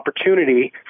opportunity